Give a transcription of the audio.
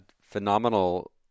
phenomenal